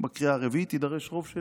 ובקריאה הרביעית יידרש רוב של